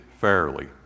fairly